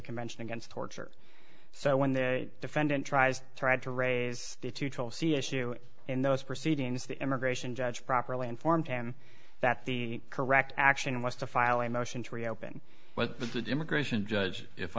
convention against torture so when the defendant tries tried to raise it to twelve c s u in those proceedings the immigration judge properly informed him that the correct action was to file a motion to reopen with the good immigration judge if